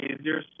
easier